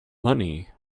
money